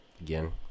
again